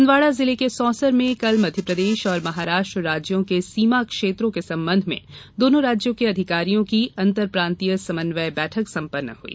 छिन्दवाडा जिले के सौंसर में कल मध्यप्रदेश और महाराष्ट्र राज्यों के सीमा क्षेत्रों के संबंध में दोनो राज्यों के अधिकारियों की अंतरप्रांतीय समन्वय बैठक संपन्न हुई